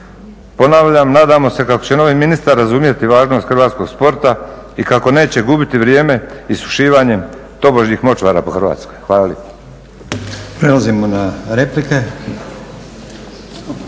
Ponavljam, nadamo se kako će novi ministar razumjeti važnost hrvatskog sporta i kako neće gubiti vrijeme isušivanjem tobožnjih močvara u Hrvatskoj. Hvala